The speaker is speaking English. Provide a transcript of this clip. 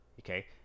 okay